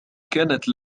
كانت